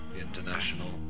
international